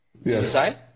Yes